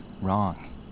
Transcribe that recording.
wrong